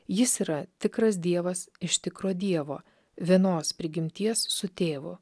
jis yra tikras dievas iš tikro dievo vienos prigimties su tėvu